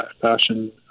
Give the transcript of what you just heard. fashion